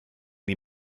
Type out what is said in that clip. die